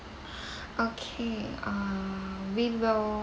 okay uh we will